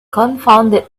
confounded